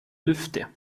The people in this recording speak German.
lüfte